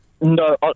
No